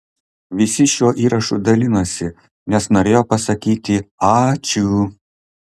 visi šiuo įrašu dalinosi nes norėjo pasakyti ačiū